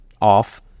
off